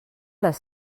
les